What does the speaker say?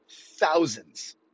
thousands